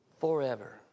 Forever